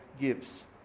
gives